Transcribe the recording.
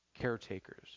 caretakers